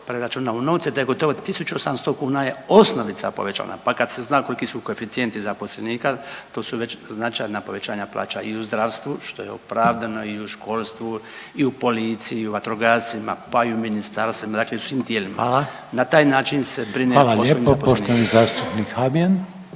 preračuna u novce …/Govornik se ne razumije/…1800 kuna je osnovica povećana, pa kad se zna koliki su koeficijenti zaposlenika to su već značajna povećanja plaća i u zdravstvu, što je opravdano i u školstvu i u policiji i u vatrogascima, pa i u ministarstvima, dakle u svim tijelima…/Upadica Reiner: Hvala/…. Na taj način se brinemo